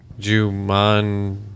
Juman